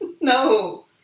no